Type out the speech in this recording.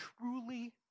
truly